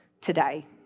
today